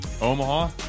Omaha